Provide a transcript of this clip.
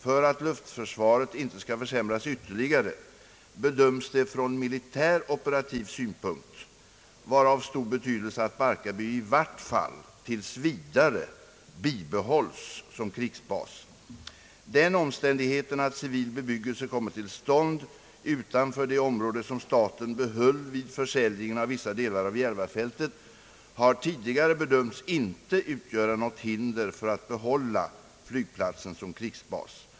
För att luftförsvaret inte skall försämras ytterligare bedöms det från militär operativ synpunkt var av stor betydelse att Barkarby i vart fall tills vidare bibehålls som krigsbas. Den omständigheten att civil bebyggelse kommer till stånd utanför det område, som staten behöll vid försäljningen av vissa delar av Järvafältet, har tidigare bedömts inte utgöra något hinder för att behålla flygplatsen som krigsbas.